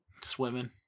Swimming